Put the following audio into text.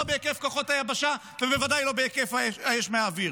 לא בהיקף כוחות היבשה ובוודאי לא בהיקף האש מהאוויר.